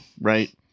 right